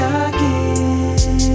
again